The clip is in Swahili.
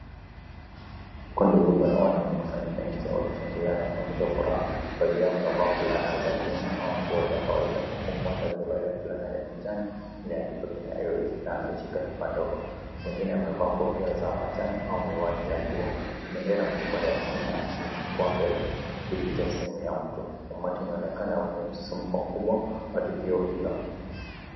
Kundi kubwa la watu limekusanyika nje wakishangilia na kunyesha furaha, baadhi yao wamevaa fulana za timu au nguo za kawaida, huku mmoja akivalia fulana ya kijani imeadikwa kenya airways , na ameshika chupa ndogo , mwingine amevaa kofia za majani au miwani ya jua, bendera kubwa ya Kenya imejikwaa mbele kujificha kwenye mti, umati mkubwa umeonekana mwenye msisimko mkubwa kwa tukio hilo.